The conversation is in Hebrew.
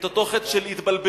את אותו חטא של התבלבלות.